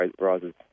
rises